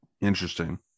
interesting